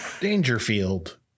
Dangerfield